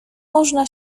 można